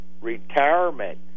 retirement